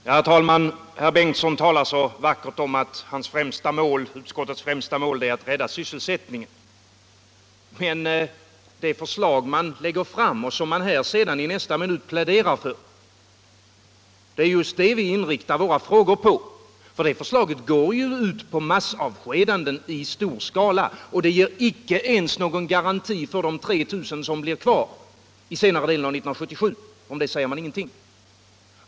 Herr talman! Herr Bengtsson i Landskrona talar så vacker om att utskottets främsta mål är att rädda sysselsättningen. Men det förslag som man lägger fram och som man i nästa minut pläderar för här är just vad vi inriktar våra frågor på, för det förslaget går ju ut på avskedanden i stor skala. Det ger icke ens någon garanti för de 3 000 som blir kvar under senare delen av 1977; om det säger man ingenting.